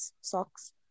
socks